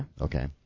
Okay